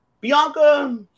Bianca